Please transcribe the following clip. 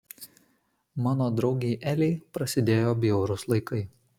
mano draugei elei prasidėjo bjaurūs laikai